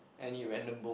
any random book